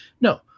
No